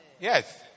Yes